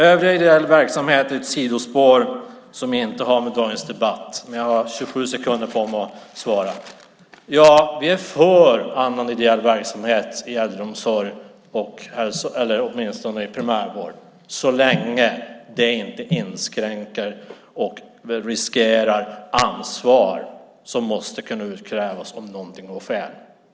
Övrig ideell verksamhet är ett sidospår som inte har med dagens debatt att göra. Men jag har 27 sekunder på mig att svara. Ja, vi är för annan ideell verksamhet i äldreomsorg och åtminstone i primärvärd så länge det inte finns risker när det gäller det ansvar som måste kunna utkrävas om någonting går fel.